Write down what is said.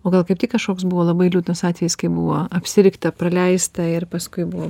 o gal kaip tik kažkoks buvo labai liūdnas atvejis kai buvo apsirikta praleista ir paskui buvo